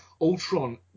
Ultron